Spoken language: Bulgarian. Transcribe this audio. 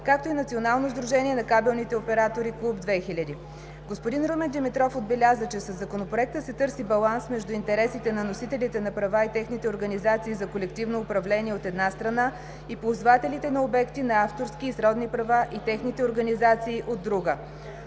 както и Национално сдружение на кабелните оператори „Клуб 2000“. Господин Румен Димитров отбеляза, че със Законопроекта се търси баланс между интересите на носителите на права и техните организации за колективно управление, от една страна, и ползвателите на обекти на авторски и сродни права и техните организации, от друга.